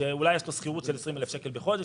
כאשר אולי יש לו שכירות של 20,000 שקל בחודש.